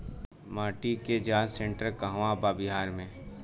मिटी के जाच सेन्टर कहवा बा बिहार में?